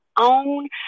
own